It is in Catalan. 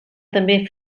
també